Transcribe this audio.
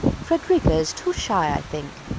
frederica is too shy, i think,